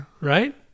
Right